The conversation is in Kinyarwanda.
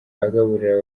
agaburira